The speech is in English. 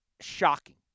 Shocking